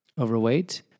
overweight